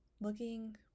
looking